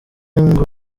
ngo